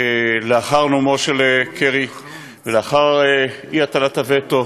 לאחר נאומו של קרי ולאחר אי-הטלת הווטו